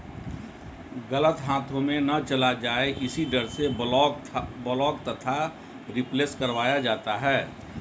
गलत हाथों में ना चला जाए इसी डर से ब्लॉक तथा रिप्लेस करवाया जाता है